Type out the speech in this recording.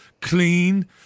clean